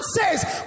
says